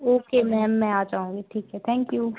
okay ma'am मैं आ जाऊँगी ठीक है थैंक यू